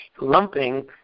lumping